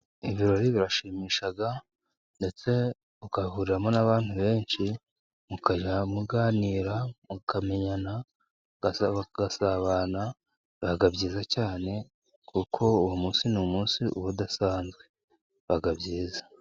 Ibirori birashimisha ndetse ugahuriramo n'abantu benshi muka muganira, mukamenyana ,bagasabanaga biba byiza cyane. Kuko uwo munsi ni umunsi uba udasanzwe baba byiza.